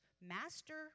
master